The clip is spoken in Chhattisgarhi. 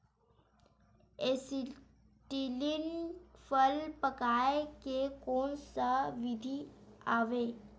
एसीटिलीन फल पकाय के कोन सा विधि आवे?